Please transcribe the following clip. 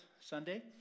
Sunday